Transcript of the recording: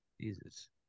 Jesus